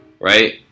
Right